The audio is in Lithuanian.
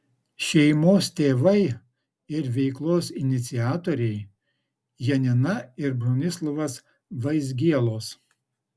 šeimos tėvai ir veiklos iniciatoriai janina ir bronislovas vaizgielos